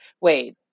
wait